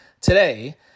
today